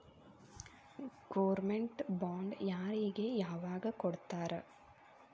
Government bond ಯಾರಿಗೆ ಯಾವಗ್ ಕೊಡ್ತಾರ?